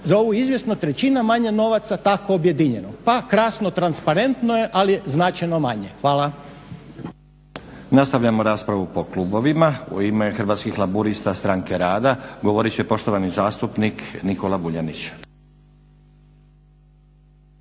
Za ovu izvjesno trećina manje novaca tako objedinjeno. Pa krasno transparentno je ali je značajno manje. Hvala. **Stazić, Nenad (SDP)** Nastavljamo raspravu po klubovima. U ime Hrvatskih laburista stranke rada govorit će poštovani zastupnik Nikola Vuljanić.